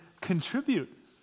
contribute